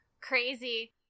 Crazy